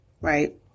Right